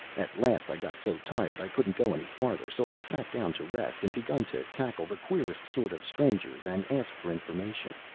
at last i got so tired i couldn't go any farther so i sat down to rest, and begun to tackle the queerest sort of strangers and ask for information,